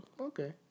Okay